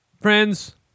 friends